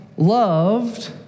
Loved